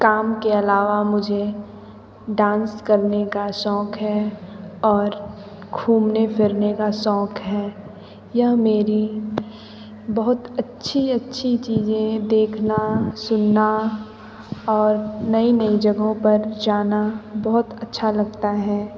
काम के अलावा मुझे डांस करने का शौक़ है और घूमने फिरने का शौक़ है यह मेरी बहुत अच्छी अच्छी चीज़ें देखना सुनना और नई नई जगहों पर जाना बहुत अच्छा लगता है